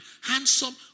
handsome